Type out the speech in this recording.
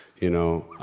you know,